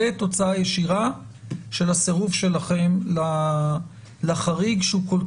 זה תוצאה ישירה של הסירוב שלכם לחריג שהוא כל